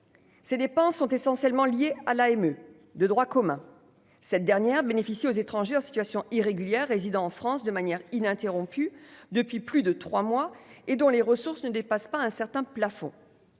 ces dépenses sont essentiellement liées à l'AME de droit commun, cette dernière bénéficie aux étrangers en situation irrégulière résidant en France de manière ininterrompue depuis plus de 3 mois et dont les ressources ne dépassent pas un certain plafond.